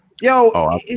Yo